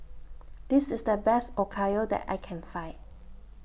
This IS The Best Okayu that I Can Find